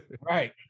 right